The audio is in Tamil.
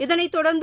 இதனைத்தொடர்ந்து